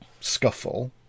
scuffle